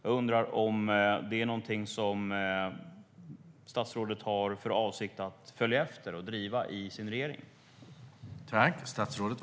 Jag undrar om det är någonting som statsrådet har för avsikt att följa efter och driva i regeringen.